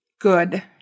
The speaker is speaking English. good